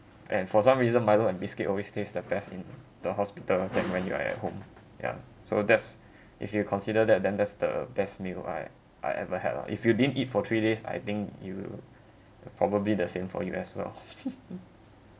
and for some reason milo and biscuits always tastes the best in the hospital than when you are at home ya so that's if you consider that then that's the best meal I I ever had lah if you didn't eat for three days I think you uh probably the same for you as well